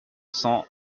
cent